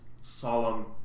solemn